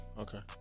Okay